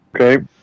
Okay